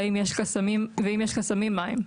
ואם יש חסמים, מה הם?